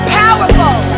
powerful